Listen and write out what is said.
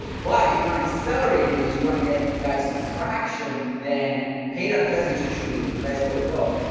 but if you want to accelerate the videos you want to get the guy some traction than paid advertising is usually the best way to go.